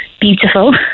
beautiful